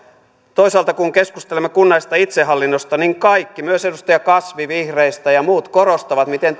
toisaalta kun keskustelemme kunnallisesta itsehallinnosta niin kaikki myös edustaja kasvi vihreistä ja muut korostavat miten